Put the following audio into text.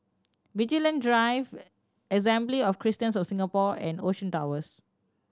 Vigilante Drive Assembly of Christians of Singapore and Ocean Towers